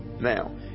Now